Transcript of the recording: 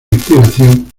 inspiración